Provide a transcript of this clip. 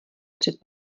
před